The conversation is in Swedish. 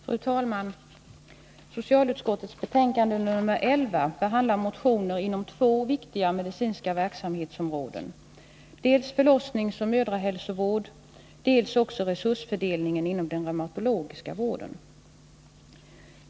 Fru talman! Socialutskottets betänkande nr 11 behandlar motioner inom två viktiga medicinska verksamhetsområden, dels förlossningsoch mödrahälsovård, dels resursfördelningen inom den reumatologiska vården.